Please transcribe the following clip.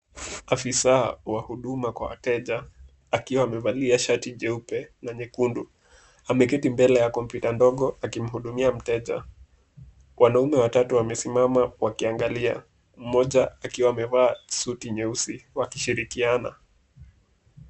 Afisa wa huduma kwa wateja akiwa amevalia shati jeupe na nyekundu. Ameketi mbele ya kompyuta ndogo akimhudumia mteja. Wanaume watatu wamesimama wakiangalia, mmoja akiwa amevaa suti nyeusi wakishirikiana.